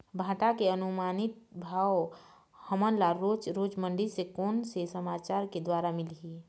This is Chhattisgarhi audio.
भांटा के अनुमानित भाव हमन ला रोज रोज मंडी से कोन से समाचार के द्वारा मिलही?